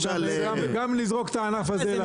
גם לזרוק את הענף הזה לאש.